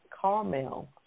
Carmel